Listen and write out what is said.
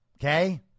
Okay